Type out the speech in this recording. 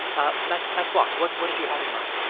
um like like what? what what did you have in mind?